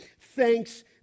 thanks